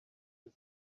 his